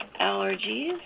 allergies